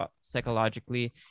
psychologically